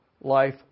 life